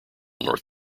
north